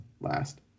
last